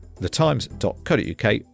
thetimes.co.uk